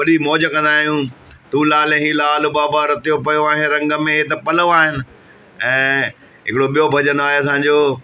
पूरी मौज कंदा आहियूं तू लाल ई लाल बाबा रंधियो पियो आहे रंग में त पलउ आहे ऐं हिकिड़ो ॿियो भॼनु आहे असांजो